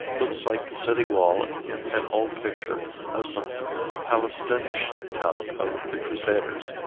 looks like the city wall in an old picture of some palestinish town of the crusaders.